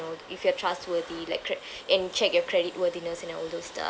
know if you are trustworthy like cre~ and check your credit worthiness and all those stuff